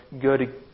good